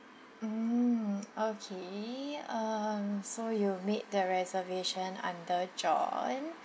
mm okay um so you made the reservation under john